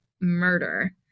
murder